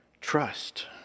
trust